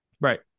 Right